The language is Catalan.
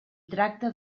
tracta